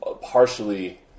partially